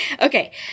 Okay